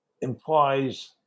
implies